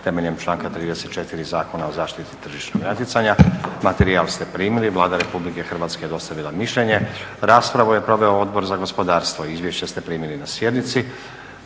temeljem članka 34. Zakona o zaštiti tržišnog natjecanja. Materijal ste primili. Vlada RH je dostavila mišljenje. Raspravu je proveo Odbor za gospodarstvo. Izvješća ste primili na sjednici.